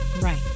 Right